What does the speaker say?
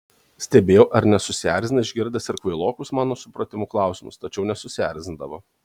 stebėjau ar nesusierzina išgirdęs ir kvailokus mano supratimu klausimus tačiau nesusierzindavo